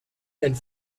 and